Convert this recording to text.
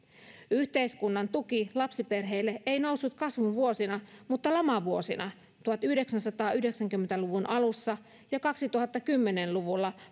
yhteiskunnan tuki lapsiperheille ei noussut kasvun vuosina mutta lamavuosina tuhatyhdeksänsataayhdeksänkymmentä luvun alussa ja kaksituhattakymmenen luvulla